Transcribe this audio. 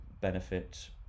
benefit